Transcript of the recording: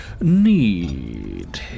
need